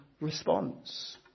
response